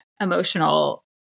emotional